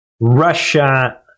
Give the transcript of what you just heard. Russia